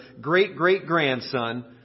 great-great-grandson